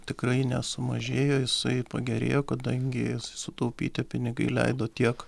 tikrai nesumažėjo jisai pagerėjo kadangis sutaupyti pinigai leido tiek